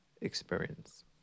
experience